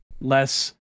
less